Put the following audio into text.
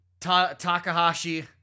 Takahashi